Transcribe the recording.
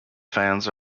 fans